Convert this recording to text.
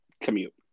commute